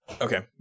Okay